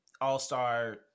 all-star